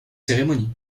cérémonies